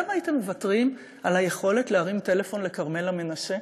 אתם הייתם מוותרים על היכולת להרים טלפון לכרמלה מנשה,